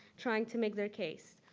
trying to make their case.